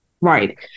Right